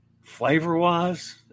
flavor-wise